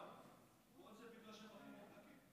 כל זה בגלל שאכלו ממתקים?